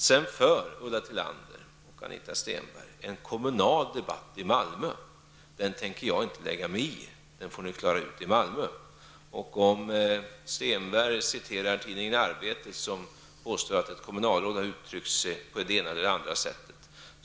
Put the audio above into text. Sedan för Ulla Tillander och Anita Stenberg en kommunaldebatt i Malmö. Den tänker jag inte lägga mig i, den får ni klara ut i Malmö. Anita Stenberg citerade tidningen Arbetet, där det står att ett kommunalråd har uttryckt sig på det ena eller det andra sättet.